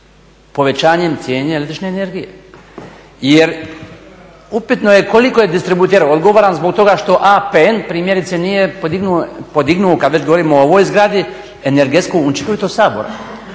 povećanjem cijena električne energije. Jer upitno je koliko je distributer odgovoran zbog toga što APN primjerice nije podignuo, podignuo kad već govorimo ovoj zgradi, energetsku učinkovitost Sabora?